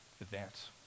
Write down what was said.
advance